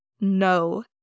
no